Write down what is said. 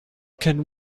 can